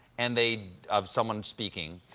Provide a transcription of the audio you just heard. and they of someone speaking,